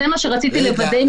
זה מה שרציתי לוודא.